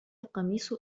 القميص